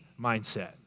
mindset